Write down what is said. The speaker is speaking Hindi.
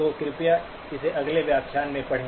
तो कृपया इसे अगले व्याख्यान में पढ़ें